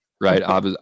Right